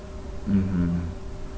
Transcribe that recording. mmhmm